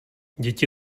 děti